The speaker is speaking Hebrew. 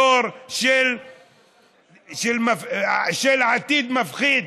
דור של עתיד מפחיד.